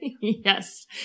Yes